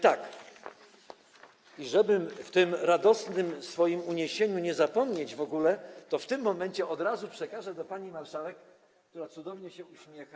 Tak żeby w tym radosnym swoim uniesieniu nie zapomnieć o tym w ogóle, to w tym momencie od razu przekażę to pani marszałek, która cudownie się uśmiecha.